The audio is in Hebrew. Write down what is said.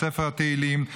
בספר התהילים,